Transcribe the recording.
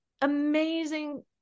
amazing